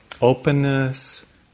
openness